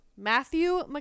Matthew